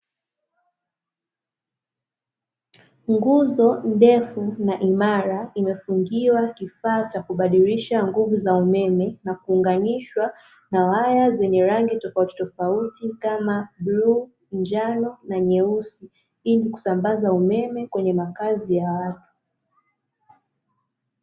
Nguzo ndefu na imara, iliyofungiwa kifaa cha kubadilisha nguvu za umeme, na kuunganishwa na waya zenye rangi tofautitofauti kama bluu, njano na nyeusi, ili kuusambaza umeme kwenye makazi ya watu.